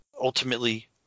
ultimately